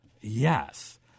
Yes